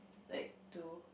like to